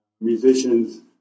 musicians